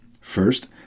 first